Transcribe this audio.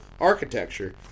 architecture